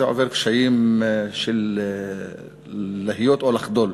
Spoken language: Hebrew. זה עובר קשיים של להיות או לחדול.